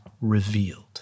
revealed